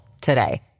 today